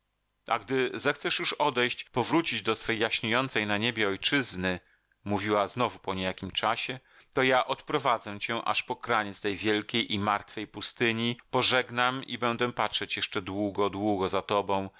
a gdy zechcesz już odejść powrócić do swej jaśniejącej na niebie ojczyzny mówiła znowu po niejakim czasie to ja odprowadzę cię aż po kraniec tej wielkiej i martwej pustyni pożegnam i będę patrzeć jeszcze długo długo za tobą